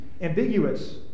ambiguous